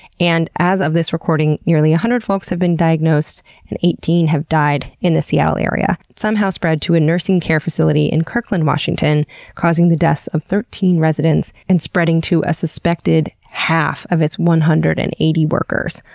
and as of this recording, nearly one ah hundred folks have been diagnosed and eighteen have died in the seattle area. it somehow spread to a nursing care facility in kirkland, washington causing the deaths of thirteen residents and spreading to a suspected half of its one hundred and eighty workers.